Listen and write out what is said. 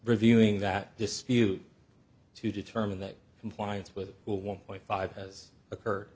reviewing that dispute to determine that compliance with will one point five has occurred